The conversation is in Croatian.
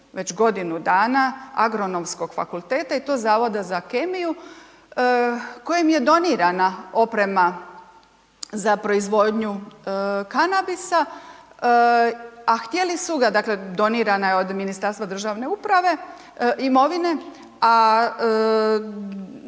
već godinu dana Agronomskog fakulteta i to Zavoda za kemiju kojem je donirana oprema za proizvodnju kanabisa, a htjeli su ga, dakle, donirana je od Ministarstva državne uprave, imovine, a